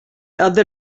other